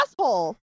asshole